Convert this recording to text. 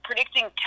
Predicting